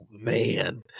Man